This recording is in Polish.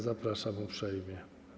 Zapraszam uprzejmie.